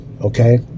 Okay